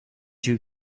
two